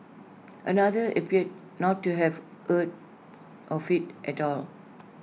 another appeared not to have heard of IT at all